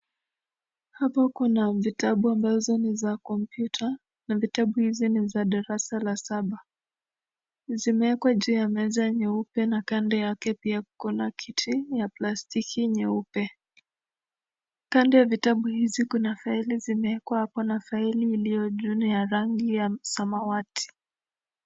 Hapo kuna vitabu ambazo ni za kompyuta na vitabu hizi ni za darasa ya saba zimewekwa juu ya meza nyeupe na kando yake pia kuna kiti ya plastiki nyeupe. Kando ya vitabu hizo kuna faili zimewekwa hapo na faili iliyo juu ni ya rangi ya samawati.